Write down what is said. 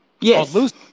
Yes